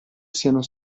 siano